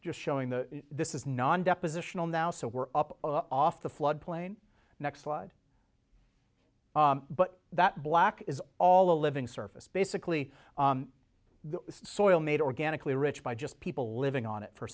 just showing the this is non depositional now so we're up off the flood plain next slide but that black is all a living surface basically the soil made organically rich by just people living on it for